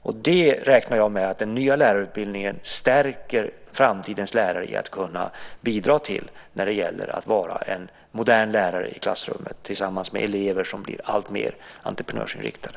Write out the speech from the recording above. Jag räknar med att den nya lärarutbildningen stärker framtidens lärare i att kunna bidra till det när det gäller att vara en modern lärare i klassrummet tillsammans med elever som blir alltmer entreprenörsinriktade.